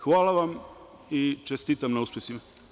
Hvala vam i čestitam na uspesima.